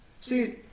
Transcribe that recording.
See